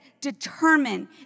determined